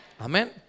Amen